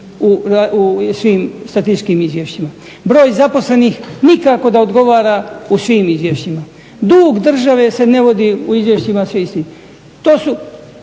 u svim statističkim izvješćima. Broj zaposlenih nikako da odgovara u svim izvješćima. Dug države se ne vodi u izvješćima sve isti. To su